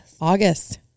August